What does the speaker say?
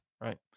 right